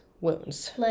wounds